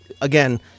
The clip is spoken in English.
again